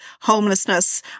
homelessness